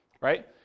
right